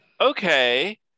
Okay